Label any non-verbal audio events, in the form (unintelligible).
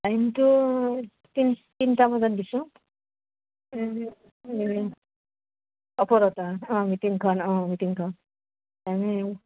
টাইমটো তিন তিনটা বজাত দিছোঁ (unintelligible) অঁ মিটিংখন অঁ মিটিংখন আমি